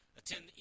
attend